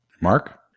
Mark